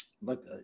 look